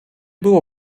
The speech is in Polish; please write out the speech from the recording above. było